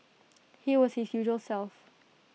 he was usual self